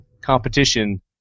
competition